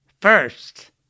First